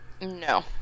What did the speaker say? no